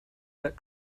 that